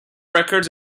records